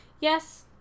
Yes